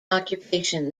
occupation